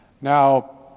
Now